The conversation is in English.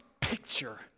picture